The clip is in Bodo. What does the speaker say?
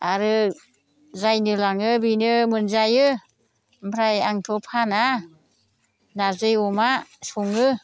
आरो जायनो लाङो बेनो मोनजायो ओमफ्राय आंथ' फाना नारजि अमा सङो